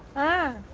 ah.